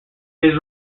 his